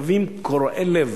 מכתבים קורעי לב,